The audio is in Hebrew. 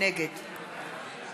נגד